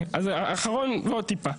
אחרון ועוד טיפה.